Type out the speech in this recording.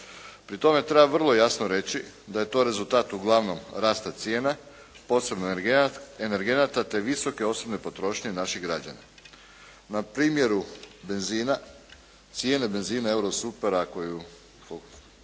Pri tome treba vrlo jasno reći da je to rezultat uglavnom rasta cijena posebno energenata te visoke osobne potrošnje naših građana. Na primjeru benzina cijene benzina euro supera koju